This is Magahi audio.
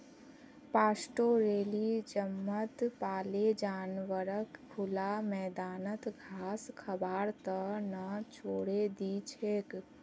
पास्टोरैलिज्मत पाले जानवरक खुला मैदानत घास खबार त न छोरे दी छेक